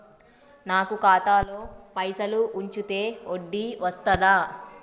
నాకు ఖాతాలో పైసలు ఉంచితే వడ్డీ వస్తదా?